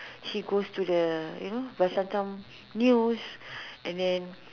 he goes to the you know Vasantham news and then